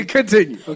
Continue